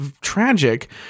tragic